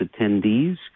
attendees